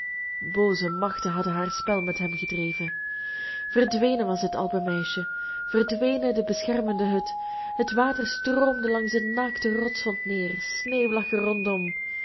booze machten hadden haar spel met hem gedreven verdwenen was het alpenmeisje verdwenen de beschermende hut het water stroomde langs den naakten rotswand neer sneeuw lag er rondom